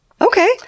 okay